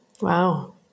Wow